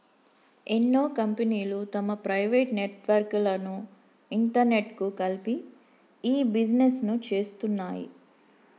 ఎన్నో కంపెనీలు తమ ప్రైవేట్ నెట్వర్క్ లను ఇంటర్నెట్కు కలిపి ఇ బిజినెస్ను చేస్తున్నాయి